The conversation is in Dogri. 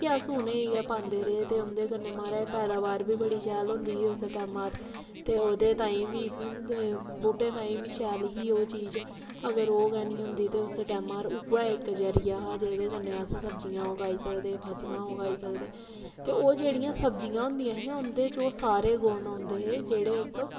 फ्ही अस उ'नेंगी गै पांदे रेह् उसलै उं'दे कन्नै पैदावार बी बड़ी शैल होंदी ही उस टैमा पर ते ओह्दे ताईं बी बहूटे ताईं बी शैल ही ओह् चीज अगर ओह् गै नीं होंदी ते उस टैमा पर उ'ऐ इक जरिया हा जेह्दे कन्नै अस सब्जियां उगाई सकदे हे फसलां उगाई सकदे ते ओह् जेह्ड़ियां सब्जियां होंदियां हियां उं'दे च सारे गुण होंदे हे जेह्ड़े इक